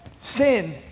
Sin